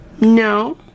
No